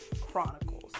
Chronicles